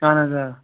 اَہَن حظ آ